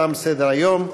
תם סדר-היום.